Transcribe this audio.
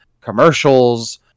commercials